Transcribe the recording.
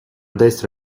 destra